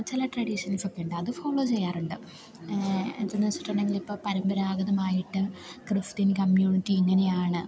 ചില ട്രഡീഷൻസൊക്കെയുണ്ട് അത് ഫോളോ ചെയ്യാറുമുണ്ട് എന്താണെന്ന് വെച്ചിട്ടുണ്ടെങ്കില് ഇപ്പോള് പരമ്പരാഗതമായിട്ട് ക്രിസ്ത്യൻ കമ്മ്യൂണിറ്റി ഇങ്ങനെയാണ്